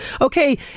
Okay